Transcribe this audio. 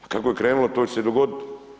Pa kako je krenulo to će se dogoditi.